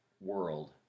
world